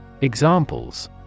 Examples